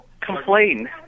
complain